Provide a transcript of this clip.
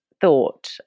thought